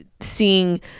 seeing